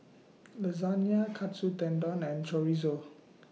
Lasagna Katsu Tendon and Chorizo